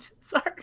Sorry